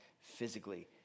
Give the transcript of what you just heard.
physically